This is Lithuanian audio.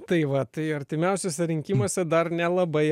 tai va tai artimiausiuose rinkimuose dar nelabai